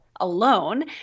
alone